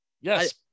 yes